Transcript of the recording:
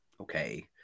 okay